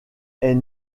est